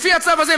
לפי הצו הזה,